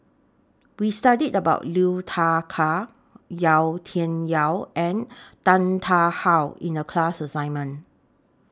We studied about Liu Thai Ker Yau Tian Yau and Tan Tarn How in The class assignment